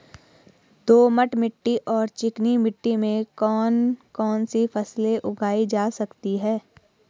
दोमट मिट्टी और चिकनी मिट्टी में कौन कौन सी फसलें उगाई जा सकती हैं?